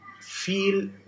feel